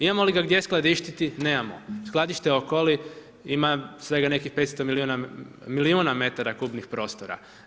Imamo li ga gdje skladištiti, nemamo, skladište Okolo ima svagdje nekih 500 milijuna metara kubnih prostora.